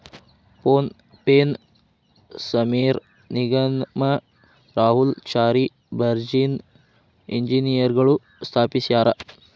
phone ಪೆನ ಸಮೇರ್ ನಿಗಮ್ ರಾಹುಲ್ ಚಾರಿ ಬುರ್ಜಿನ್ ಇಂಜಿನಿಯರ್ಗಳು ಸ್ಥಾಪಿಸ್ಯರಾ